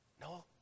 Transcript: No